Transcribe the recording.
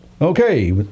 Okay